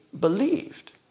believed